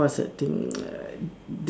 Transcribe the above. what's the thing like